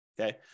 Okay